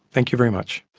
thank you very much.